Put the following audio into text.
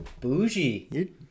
Bougie